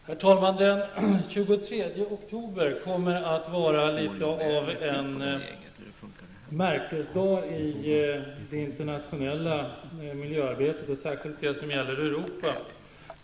Herr talman! Det 23 oktober kommer att vara litet av en märkesdag i det internationella miljöarbetet, och särskilt det som gäller Europa.